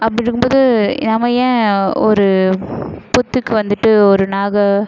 அப்படி இருக்கும் போது நாம் ஏன் ஒரு புற்றுக்கு வந்துட்டு ஒரு நாக